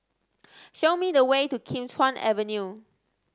show me the way to Kim Chuan Avenue